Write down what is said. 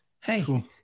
Hey